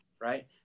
Right